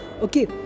Okay